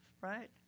right